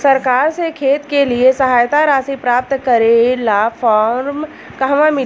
सरकार से खेत के लिए सहायता राशि प्राप्त करे ला फार्म कहवा मिली?